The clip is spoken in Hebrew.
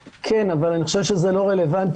כן, אבל אני חושב שזה לא רלוונטי.